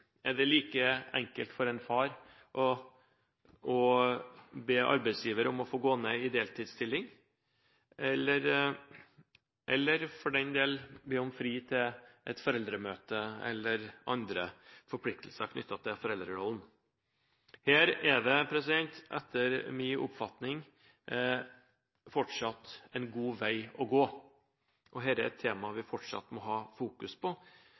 Er det like enkelt for en far å be arbeidsgiver om å få gå ned til deltidsstilling, eller for den del be om fri til et foreldremøte eller til andre forpliktelser knyttet til foreldrerollen, som det er for en mor? Her er det etter min oppfatning fortsatt en lang vei å gå. Dette er et tema vi fortsatt må fokusere på,